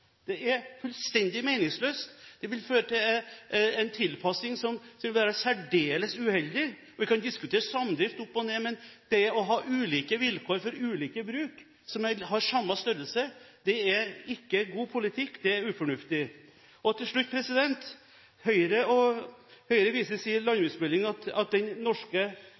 er fullstendig meningsløst. Det vil føre til en tilpassing som vil være særdeles uheldig. Vi kan diskutere samdrift opp og ned, men det å ha ulike vilkår for ulike bruk, som har samme størrelse, er ikke god politikk. Det er ufornuftig. Til slutt: Høyre viser i sin landbruksmelding til at den norske melkebonden er tjent med et norsk EU-medlemskap. De viser til at den